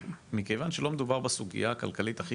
מכיוון שלא מדובר על הסוגיה הכלכלית הכי